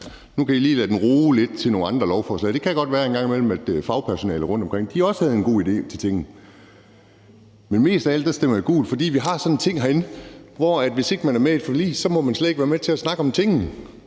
nu kan I lige lade den ruge lidt, også til andre lovforslag. Det kunne godt være, at fagpersonalet rundtomkring også en gang imellem havde nogle gode idéer til tingene. Mest af alt stemmer jeg gult, fordi vi har sådan en ting herinde, hvor man, hvis man ikke er med i et forlig, slet ikke må være med til at snakke om tingene.